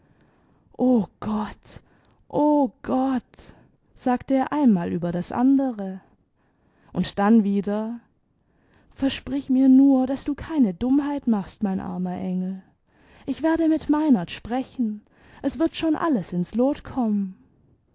o gott o gott sagte er einmal über das andere und dann wieder versprich mir nur daß du keine dummheit machst mein armer engel ich werde mit meinert sprechen es wird schon alles ins lot kommen